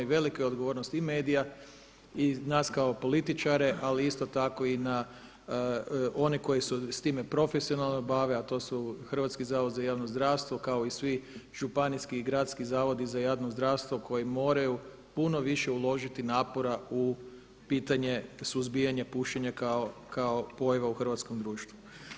Velika je odgovornost i medija i nas kao političara, ali isto tako i na one koji su s time profesionalno bave, a to su Hrvatski zavod za javno zdravstvo, kao i svi županijski i gradski zavodi za javno zdravstvo koji moraju puno više uložiti napora u pitanje suzbijanje pušenja kao pojava u hrvatskom društvu.